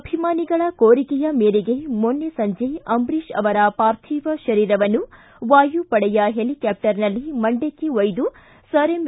ಅಭಿಮಾನಿಗಳ ಕೋರಿಕೆಯ ಮೇರೆಗೆ ಮೊನ್ನೆ ಸಂಜೆ ಅಂಬರೀಷ್ ಅವರ ಪಾರ್ಥಿವ ಶರೀರವನ್ನು ವಾಯುಪಡೆಯ ಪೆಲಿಕಾಪ್ಪರ್ನಲ್ಲಿ ಮಂಡ್ಕಕ್ಕೆ ಒಯ್ದು ಸರ್ ಎಂ